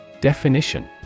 Definition